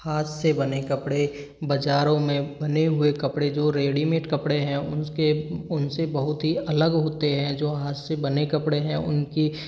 हाथ से बने कपड़े बज़ारों में बने हुए कपड़े जो रेडीमेड कपड़े हैं उन्सके उनसे बहुत ही अलग होते हैं जो हाथ से बने कपड़े हैं उनकी